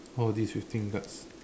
all this fifteen cards